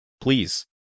Please